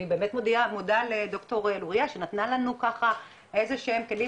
אני באמת מודה לד"ר לוריא שנתנה לנו איזה שהם כלים